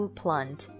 plant